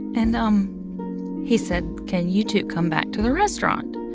and um he said, can you two come back to the restaurant?